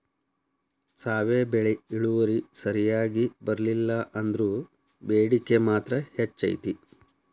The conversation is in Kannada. ಸಾವೆ ಬೆಳಿ ಇಳುವರಿ ಸರಿಯಾಗಿ ಬರ್ಲಿಲ್ಲಾ ಅಂದ್ರು ಬೇಡಿಕೆ ಮಾತ್ರ ಹೆಚೈತಿ